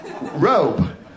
robe